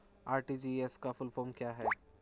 RTGS का full form क्या है?